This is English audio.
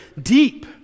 deep